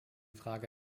frage